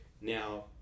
Now